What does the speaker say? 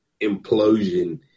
implosion